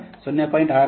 65 ಆಗಿದೆ ಮತ್ತು ಇದು 1